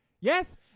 Yes